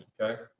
Okay